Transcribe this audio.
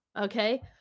okay